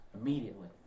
immediately